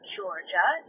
Georgia